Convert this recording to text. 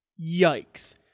Yikes